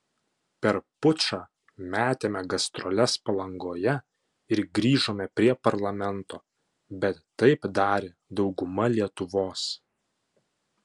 per pučą metėme gastroles palangoje ir grįžome prie parlamento bet taip darė dauguma lietuvos